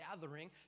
gathering